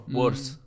worse